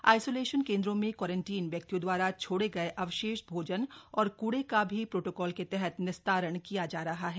isolation केंद्रों में quarantine व्यक्तियों दवारा छोड़े गए अवशेष भोजन और कुड़े का भी प्रोटोकॉल के तहत निस्तारण किया जा रहा है